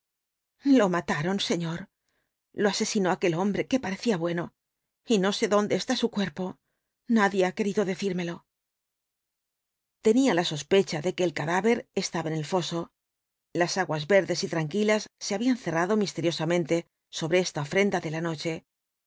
lo mataron señor lo asesinó aquel hombre que parecía bueno y no sé dónde está su cuerpo nadie ha querido decírmelo tenía la sospecha de que el cadáver estaba en el foso las aguas verdes y tranquilas se habían cerrado misteriosamente sobre esta ofrenda de la noche